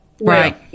Right